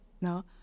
No